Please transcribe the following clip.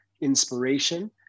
inspiration